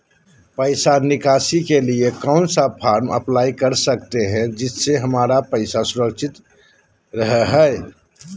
पैसा निकासी के लिए कौन सा फॉर्म अप्लाई कर सकते हैं जिससे हमारे पैसा सुरक्षित रहे हैं?